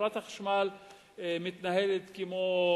חברת החשמל מתנהלת כמו